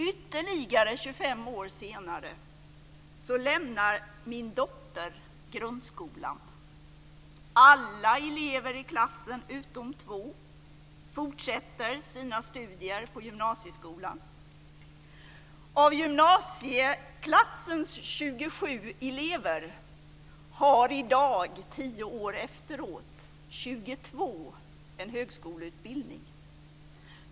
Ytterligare 25 år senare lämnar min dotter grundskolan. Alla elever i klassen utom två fortsätter sina studier på gymnasieskolan. Av gymnasieklassens 27 elever har i dag, tio år efteråt, 22 en högskoleutbildning.